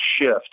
shift